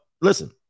listen